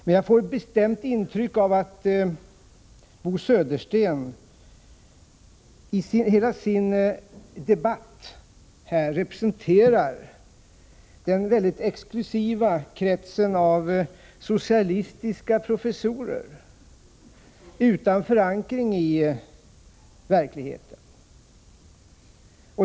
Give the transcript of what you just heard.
Men jag får ett bestämt intryck av att Bo Södersten i hela den här debatten representerar den mycket exklusiva kretsen av socialistiska professorer utan förankring i verkligheten.